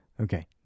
okay